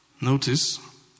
Notice